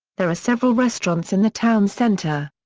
there are several restaurants in the town centre.